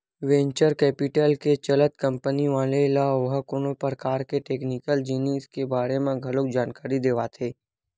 venture capital के चलत company वाले ल ओहा कोनो परकार के टेक्निकल जिनिस के बारे म घलो जानकारी देवाथे